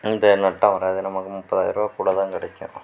இந்த நட்டம் வராது நமக்கு முப்பதாயர்பா கூட தான் கிடைக்கும்